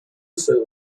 food